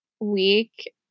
week